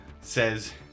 says